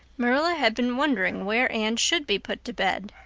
marilla had been wondering where anne should be put to bed.